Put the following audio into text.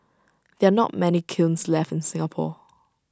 there are not many kilns left in Singapore